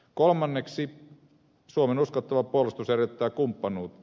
kolmanneksi suomen uskottava puolustus edellyttää kumppanuutta